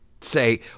say